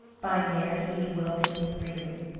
by mary e. wilkins freeman